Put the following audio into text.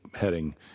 heading